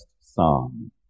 Psalm